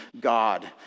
God